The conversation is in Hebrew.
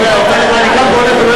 אני קם והולך ולא